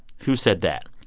who said that?